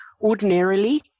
ordinarily